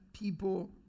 people